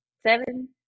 seven